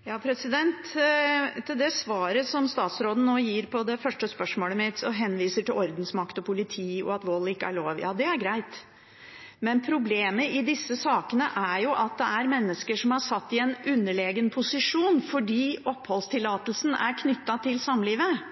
Til svaret som statsråden gir på det første spørsmålet mitt, hvor han henviser til ordensmakt og politi og til at vold ikke er lov: Ja, det er greit, men problemet i disse sakene er at det er mennesker som er satt i en underlegen posisjon fordi oppholdstillatelsen er knyttet til samlivet.